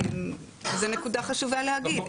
זו נקודה חשובה להגיד.